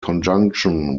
conjunction